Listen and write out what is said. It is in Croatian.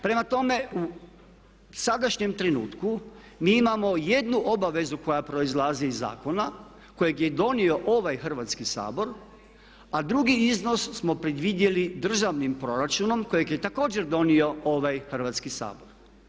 Prema tome u sadašnjem trenutku mi imamo jednu obavezu koja proizlazi iz zakona kojeg je donio ovaj Hrvatski sabor, a drugi iznos smo predvidjeli državnim proračunom kojeg je također donio ovaj Hrvatski sabor.